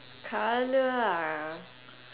colour ah